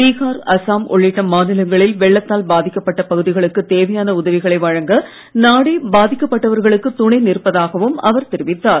பீகார் அசாம் உள்ளிட்ட மாநிலங்களில் வெள்ளத்தால் பாதிக்கப்பட்ட பகுதிகளுக்கு தேவையான உதவிகளை வழங்க நாடே பாதிக்கப் பட்டவர்களுக்கு துணை நிற்பதாகவும் அவர் தெரிவித்தார்